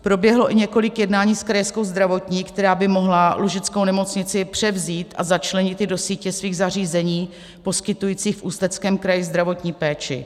Proběhlo i několik jednání s Krajskou zdravotní, která by mohla Lužickou nemocnici převzít a začlenit ji do sítě svých zařízení poskytující v Ústeckém kraji zdravotní péči.